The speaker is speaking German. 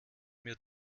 mir